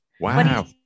Wow